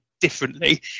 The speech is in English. differently